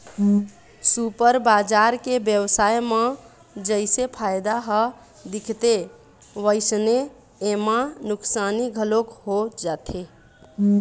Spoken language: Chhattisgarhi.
सुपर बजार के बेवसाय म जइसे फायदा ह दिखथे वइसने एमा नुकसानी घलोक हो जाथे